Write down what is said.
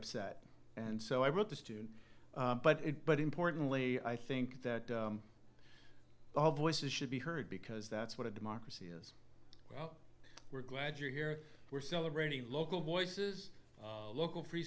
upset and so i wrote the student but it but importantly i think that all voices should be heard because that's what a democracy is well we're glad you're here we're celebrating local voices local free